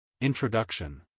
Introduction